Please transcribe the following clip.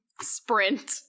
sprint